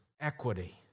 equity